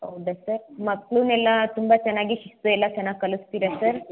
ಹೌದಾ ಸರ್ ಮಕ್ಳಿಗೆಲ್ಲಾ ತುಂಬ ಚೆನ್ನಾಗಿ ಶಿಸ್ತು ಎಲ್ಲ ಚೆನ್ನಾಗಿ ಕಲಿಸ್ತೀರಾ ಸರ್